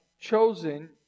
chosen